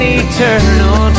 eternal